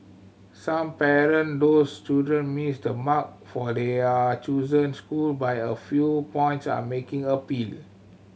some parent those children missed the mark for their chosen school by a few points are making appeal